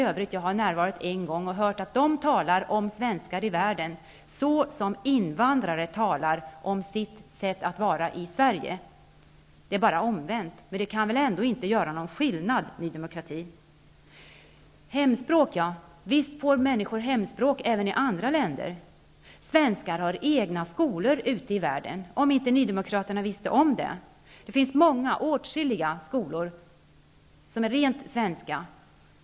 En gång har jag jag varit med och hörde då att man talar om svenskar i världen på det sätt som invandrare talar om sitt sätt att vara här i Sverige. Det är bara omvänt. Men det kan val ändå inte vara någon skillnad. Det säger jag till er i Ny demokrati. Visst får människor undervisning i hemspråk även i andra länder. Svenskar har egna skolor ute i världen -- om ni nydemokrater nu inte visste det. Det finns åtskilliga helt svenska skolor utomlands.